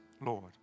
Lord